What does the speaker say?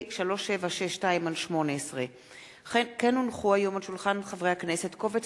מאת חבר הכנסת אחמד טיבי,